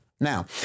Now